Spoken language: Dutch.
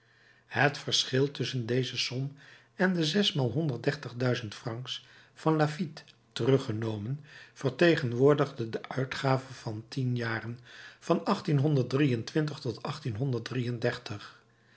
het verschil tusschen deze som en de zesmaal honderd dertigduizend francs van laffitte teruggenomen vertegenwoordigde de uitgave van tien jaren van